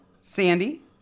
Sandy